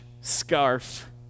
scarf